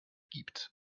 gibt